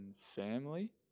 family